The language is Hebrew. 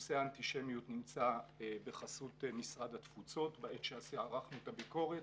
נושא האנטישמיות נמצא בחסות משרד התפוצות בעת שערכנו את הביקורת